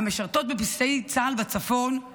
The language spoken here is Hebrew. המשרתות בבסיסי צה"ל בצפון,